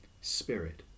Spirit